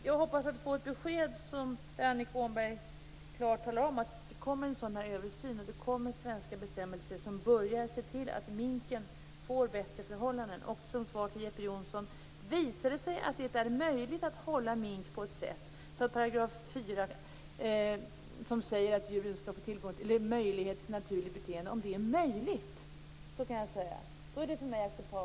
Jag hoppas få ett besked där Annika Åhnberg klart talar om att det kommer en sådan översyn och att det kommer svenska bestämmelser som innebär att man ser till att minkar får bättre förhållanden. Ett svar till Jeppe Johnsson är, att om det visar sig att det är möjligt att hålla mink på ett sådant sätt att kraven i 4 § fylls, som säger att djuren skall få möjlighet till ett naturligt beteende, är det för mig acceptabelt med minkar.